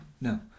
no